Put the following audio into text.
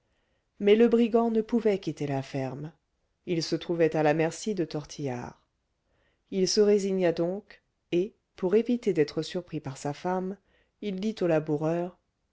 mais le brigand ne pouvait quitter la ferme il se trouvait à la merci de tortillard il se résigna donc et pour éviter d'être surpris par sa femme il dit au laboureur